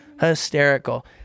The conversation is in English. hysterical